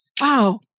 wow